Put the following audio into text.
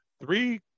three